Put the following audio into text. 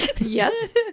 Yes